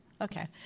Okay